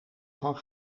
van